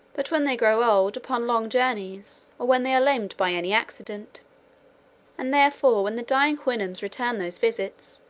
but when they grow old, upon long journeys, or when they are lamed by any accident and therefore when the dying houyhnhnms and return those visits,